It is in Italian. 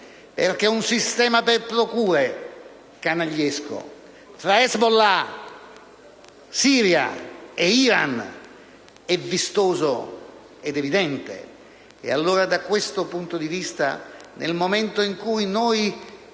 Perché un sistema per procura canagliesco, tra *Hetzbollah*, Siria e Iran, è vistoso ed evidente.